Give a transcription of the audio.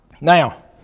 Now